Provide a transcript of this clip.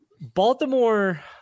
Baltimore